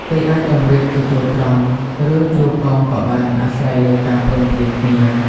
គេអាចតម្រៀបជាជួរត្រង់ ឬជួរកោងក៏បាន អាស្រ័យលើការព្រមព្រៀងគ្នា ។